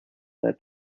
their